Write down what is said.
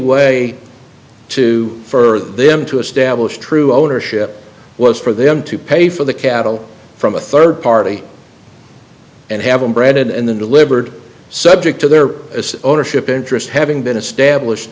way to for them to establish true ownership was for them to pay for the cattle from a third party and have them branded and then delivered subject to their ownership interest having been established